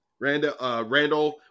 Randall